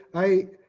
i,